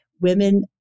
women